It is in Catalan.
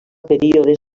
períodes